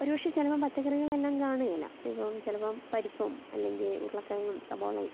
ഒരു പക്ഷേ ചിലപ്പം പച്ചക്കറികളെല്ലാം കാണുകേലാ ഇപ്പം ചിലപ്പം പരിപ്പും അല്ലെങ്കിൽ ഉരുളക്കിഴങ്ങും സവാളയും